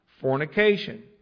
fornication